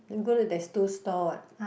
Rangoon Road there's two stalls what